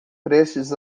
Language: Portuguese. prestes